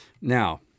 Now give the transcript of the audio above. Now